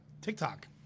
TikTok